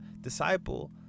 disciple